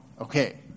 Okay